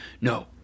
no